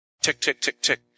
Tick-tick-tick-tick